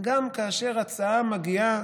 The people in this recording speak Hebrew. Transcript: גם כאשר הצעה מגיעה